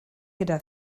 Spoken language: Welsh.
gyda